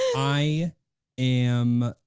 i am,